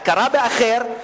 הכרה באחר,